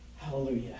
Hallelujah